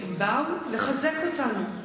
הם באו לחזק אותנו.